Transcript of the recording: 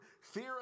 fear